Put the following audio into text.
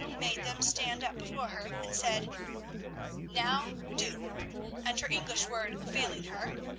made them stand up before her, and said now, do and her english word failing her,